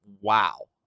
wow